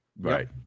Right